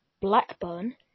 Blackburn